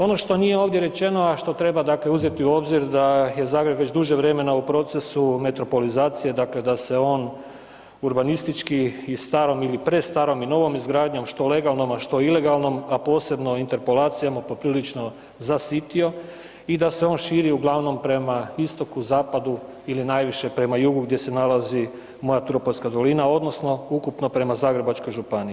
Ono što nije ovdje rečeno, a što treba uzeti u obzir da je Zagreb već duže vremena u procesu metropolizacije da se on urbanistički i starom ili prestarom i novom izgradnjom, što legalnom, a što ilegalnom, a posebno interpelacijama proprilično zasitio i da se on šiti uglavnom prema istoku, zapadu ili najviše prema jugu gdje se nalazi moja turopoljska dolina odnosno ukupno prema Zagrebačkoj županiji.